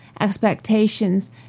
expectations